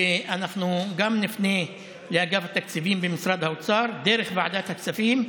ואנחנו גם נפנה לאגף התקציבים במשרד האוצר דרך ועדת הכספים.